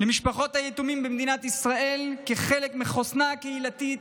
למשפחות היתומים במדינת ישראל כחלק מחוסנה הקהילתי,